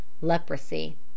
leprosy